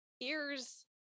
ears